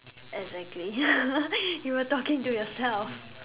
exactly you were talking to yourself